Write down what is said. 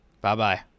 Bye-bye